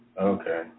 Okay